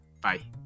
Bye